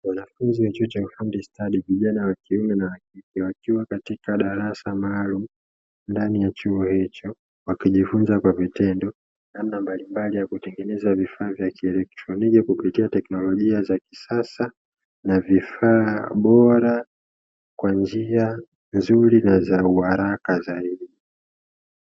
Wanafunzi wa chuo cha ufundi stadi, vijana wakiume na wakike wakiwa katika darasa maalum ndani ya chuo hicho, wakijifunza kwa vitendo namna mbalimbali ya kutengeneza vifaa vya kielektroniki kupitia teknolojia za kisasa na vifaa bora kwa njia nzuri na za uharaka zaidi.